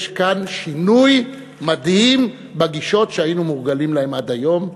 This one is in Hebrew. יש כאן שינוי מדהים בגישות שהיינו מורגלים להן עד היום.